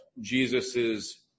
Jesus's